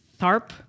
Tharp